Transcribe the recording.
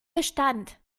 bestand